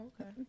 okay